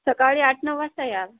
सकाळी आठ नऊ वाजता या